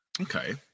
okay